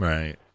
Right